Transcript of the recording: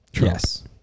Yes